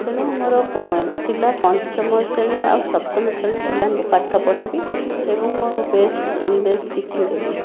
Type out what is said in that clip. ତେଣୁ ମୋର ଥିଲା ପଞ୍ଚମ ଶ୍ରେଣୀ ଆଉ ସପ୍ତମ ଶ୍ରେଣୀ ପିଲାଙ୍କୁ ପାଠ ପଢ଼ାଇବି ଏବଂ ମୋର ବେଷ୍ଟ ଟିଚିଙ୍ଗ୍ ଦେବି